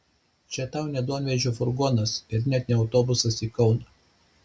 čia tau ne duonvežio furgonas ir net ne autobusas į kauną